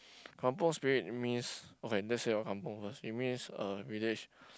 kampung spirit means okay just say about kampung it means a village